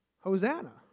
Hosanna